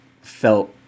felt